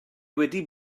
wedi